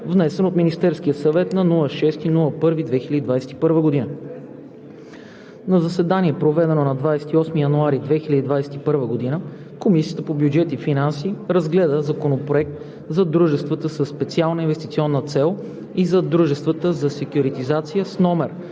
внесен от Министерския съвет на 6 януари 2021 г. На заседание, проведено на 28 януари 2021 г., Комисията по бюджет и финанси разгледа Законопроект за дружествата със специална инвестиционна цел и за дружествата за секюритизация, №